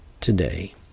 today